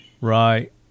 Right